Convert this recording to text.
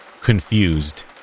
confused